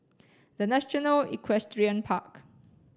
the National Equestrian Park